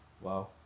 Wow